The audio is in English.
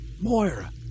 Moira